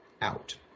out